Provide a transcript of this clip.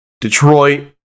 Detroit